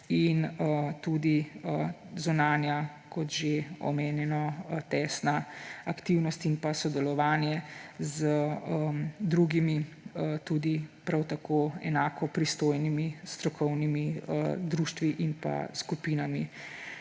in tudi zunanja, kot že omenjeno, tesna aktivnost in pa sodelovanje z drugimi, tudi prav tako enako pristojnimi strokovnimi društvi in pa skupinami.